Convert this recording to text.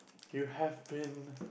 you have been